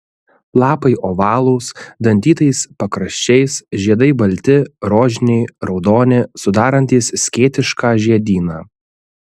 lapai ovalūs dantytais pakraščiais žiedai balti rožiniai raudoni sudarantys skėtišką žiedyną